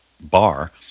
bar